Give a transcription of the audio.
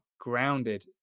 grounded